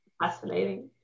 Fascinating